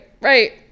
right